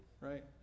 right